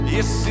Yes